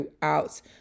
throughout